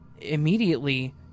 Immediately